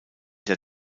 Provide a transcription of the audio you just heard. der